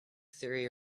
theory